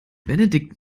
benedikt